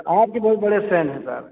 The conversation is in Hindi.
आपके बहुत बड़े फैन हैं सर